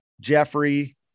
Jeffrey